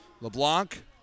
LeBlanc